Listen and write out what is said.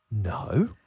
No